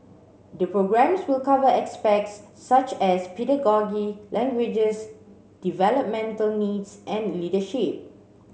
the programmes will cover aspects such as pedagogy languages developmental needs and leadership